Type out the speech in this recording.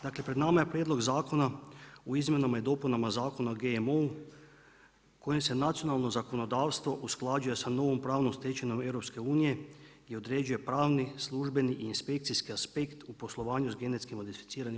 Dakle pred nama je Prijedlog zakona u izmjenama i dopunama Zakona o GMO-u kojim se nacionalno zakonodavstvo usklađuje sa novom pravnom stečevinom EU i određuje pravni, službeni i inspekcijski aspekt u poslovanju sa GMO-om.